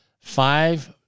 five